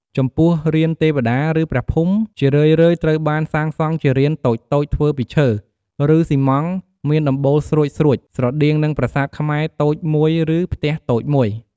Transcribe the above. ចំពោះរានទេវតាឬព្រះភូមិ ជារឿយៗត្រូវបានសាងសង់ជារានតូចៗធ្វើពីឈើ ឬស៊ីម៉ង់ត៍មានដំបូលស្រួចៗ ស្រដៀងនឹងប្រាសាទខ្មែរតូចមួយឬផ្ទះតូចមួយ។